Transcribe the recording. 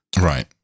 Right